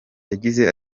yagize